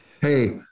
Hey